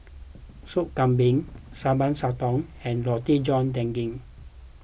Sop Kambing Sambal Sotong and Roti John Daging